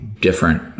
different